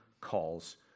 calls